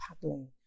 paddling